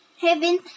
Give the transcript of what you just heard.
Heaven